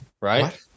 Right